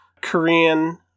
Korean